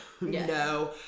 no